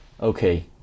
Okay